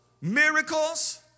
miracles